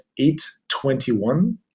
821